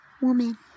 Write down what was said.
woman